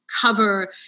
cover